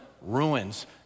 ruins